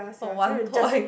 for one point